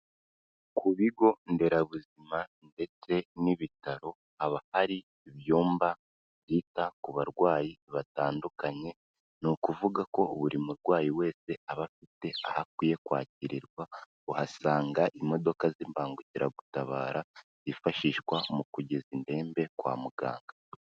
Ku bigo nderabuzima ndetse n'ibitaro haba ari ibyumba byita ku barwayi batandukanye, ni ukuvuga ko buri murwayi wese aba afite aho akwiye kwakirirwa, uhasanga imodoka z'imbangukiragutabara zifashishwa mu kugeza indembe kwa muganga.